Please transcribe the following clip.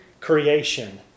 creation